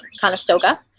Conestoga